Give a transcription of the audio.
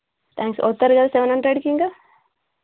thanks వస్తారు కదా seven హండ్రెడ్కి ఇంకా